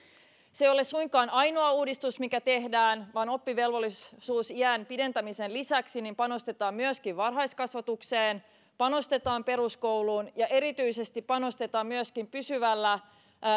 se ei ole suinkaan ainoa uudistus mikä tehdään vaan oppivelvollisuusiän pidentämisen lisäksi panostetaan myöskin varhaiskasvatukseen panostetaan peruskouluun ja erityisesti panostetaan myöskin pysyvällä